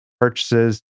purchases